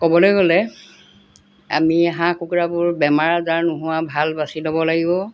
ক'বলৈ গ'লে আমি হাঁহ কুকুৰাবোৰ বেমাৰ আজাৰ নোহোৱা ভাল বাচি ল'ব লাগিব